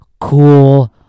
Cool